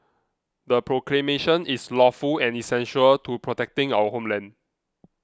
the proclamation is lawful and essential to protecting our homeland